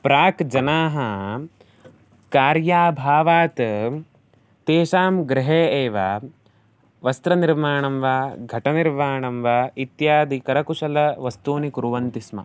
प्राक् जनाः कार्याभावात् तेषां गृहे एव वस्त्रनिर्माणं वा घटनिर्माणं वा इत्यादिकरकुशलवस्तूनि कुर्वन्ति स्म